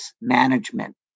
management